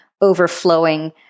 overflowing